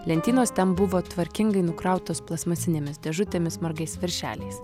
lentynos ten buvo tvarkingai nukrautos plastmasinėmis dėžutėmis margais viršeliais